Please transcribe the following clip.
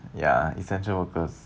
ya essential workers